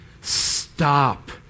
stop